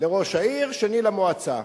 לראש העיר, שני למועצה.